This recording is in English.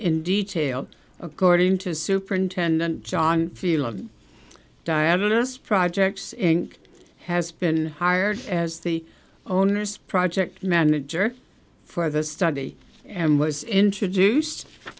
in detail according to superintendent john feal of dialysis projects and has been hired as the owner's project manager for the study and was introduced